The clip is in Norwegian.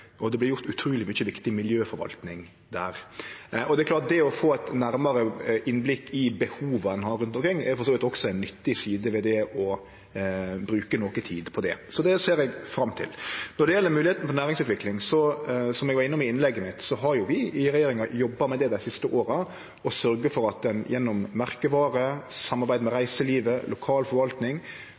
og det vert gjort utruleg mykje viktig miljøforvalting der. Det å få eit nærmare innblikk i behova ein har rundt omkring, er for så vidt også ei nyttig side ved det å bruke noko tid på det, så det ser eg fram til. Når det gjeld moglegheita for næringsutvikling, har vi i regjeringa – som eg var innom i innlegget mitt – jobba med det dei siste åra: å sørgje for at ein gjennom merkevarer, samarbeid med reiselivet og lokal